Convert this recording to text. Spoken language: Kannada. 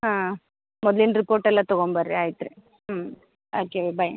ಹಾಂ ಮೊದ್ಲಿನ ರಿಪೋರ್ಟ್ ಎಲ್ಲ ತಗೊಂಬರ್ರಿ ಆಯ್ತು ರೀ ಹ್ಞೂ ಆಕೇವಿ ಬಾಯ್